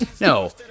No